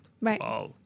Right